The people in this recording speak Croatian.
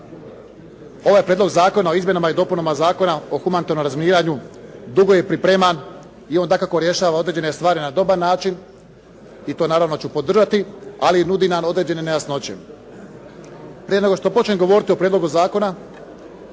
Ovaj Prijedlog zakona o izmjenama i dopunama Zakona o humanitarnom razminiranju dugo je pripreman i on dakako rješava određene stvari na dobar način i to naravno ću podržati, ali nudi nam određene nejasnoće. Prije nego što počnem govoriti o prijedlogu zakona,